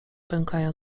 pękają